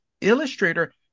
illustrator